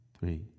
three